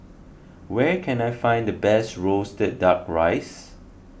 where can I find the best Roasted Duck Rice